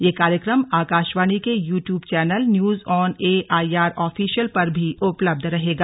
यह कार्यक्रम आकाशवाणी के YouTube channel news on A I R official पर भी उपलब्ध रहेगा